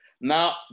Now